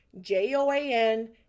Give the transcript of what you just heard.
j-o-a-n